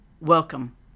welcome